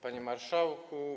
Panie Marszałku!